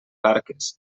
barques